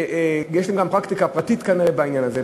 שיש להן גם פרקטיקה פרטית בעניין הזה,